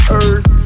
earth